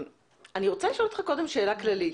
אני רוצה לשאול אותך קודם שאלה כללית.